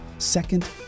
Second